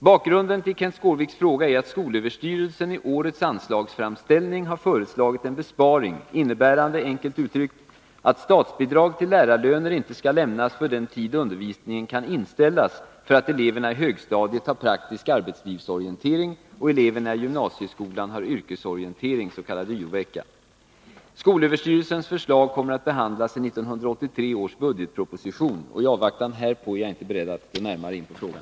Bakgrunden till Kenth Skårviks fråga är att skolöverstyrelsen i årets anslagsframställning har föreslagit en besparing innebärande, enkelt uttryckt, att statsbidrag till lärarlöner inte skall lämnas för den tid undervisningen kan inställas för att eleverna i högstadiet har praktisk arbetslivsorientering och eleverna i gymnasieskolan har yrkesorientering, s.k. yo-vecka. SÖ:s förslag kommer att behandlas i 1983 års budgetproposition. I avvaktan härpå är jag inte beredd att gå närmare in på frågan.